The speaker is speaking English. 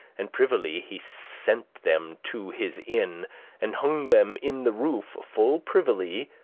and privily he sent them to his inn and hung them in the roof full privily.